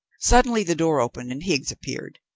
suddenly the door opened and higgs appeared.